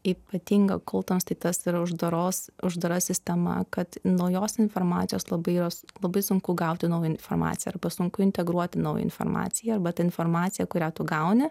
ypatinga kutams tai tas yra uždaros uždara sistema kad naujos informacijos labai jos labai sunku gauti informaciją arba sunku integruoti naują informaciją arba informaciją kurią tu gauni